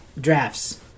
drafts